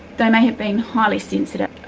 they may have been highly sensitive.